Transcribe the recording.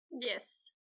Yes